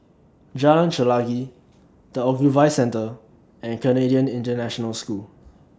Jalan Chelagi The Ogilvy Centre and Canadian International School